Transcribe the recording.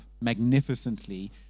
magnificently